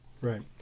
right